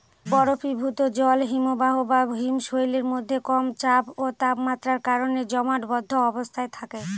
বরফীভূত জল হিমবাহ বা হিমশৈলের মধ্যে কম চাপ ও তাপমাত্রার কারণে জমাটবদ্ধ অবস্থায় থাকে